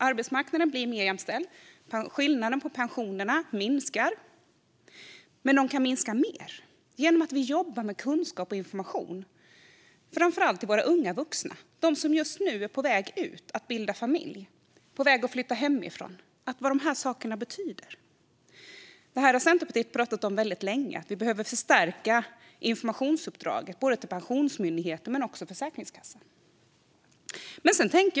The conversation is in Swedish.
Arbetsmarknaden blir mer jämställd, och skillnaderna mellan pensionerna minskar. Men de kan minska mer genom att vi jobbar med kunskap och information framför allt till våra unga vuxna om vad de här sakerna betyder. Det är de som just nu är på väg att bilda familj och på väg att flytta hemifrån. Centerpartiet har pratat väldigt länge om att vi behöver förstärka informationsuppdraget, både till Pensionsmyndigheten och till Försäkringskassan.